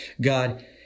God